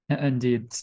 Indeed